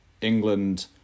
England